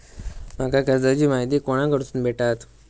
माका कर्जाची माहिती कोणाकडसून भेटात?